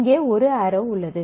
இங்கே ஒரு ஆரோ உள்ளது